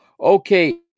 Okay